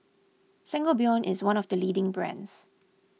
Sangobion is one of the leading brands